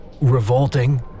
revolting